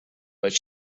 but